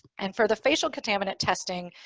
and for the facial contaminant testing,